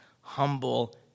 Humble